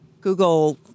Google